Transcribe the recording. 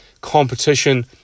Competition